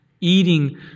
eating